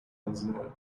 tanzania